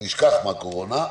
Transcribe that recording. נשכח מהקורונה.